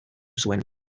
zuen